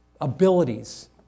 abilities